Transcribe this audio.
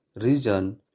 region